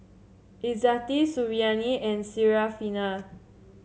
Izzati Suriani and Syarafina